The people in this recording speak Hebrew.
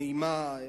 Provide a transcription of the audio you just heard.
נעימה,